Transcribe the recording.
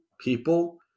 people